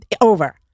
over